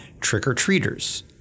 trick-or-treaters